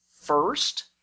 first